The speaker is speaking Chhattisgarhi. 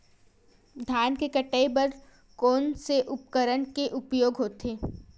धान के कटाई बर कोन से उपकरण के उपयोग होथे?